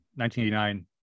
1989